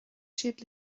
siad